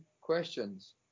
questions